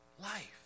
life